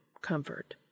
comfort